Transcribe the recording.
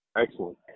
Excellent